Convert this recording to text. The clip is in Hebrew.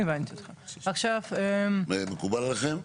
הבנתי אותךת מקובל עליכם?